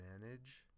manage